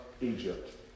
Egypt